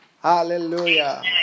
Hallelujah